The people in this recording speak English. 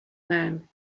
man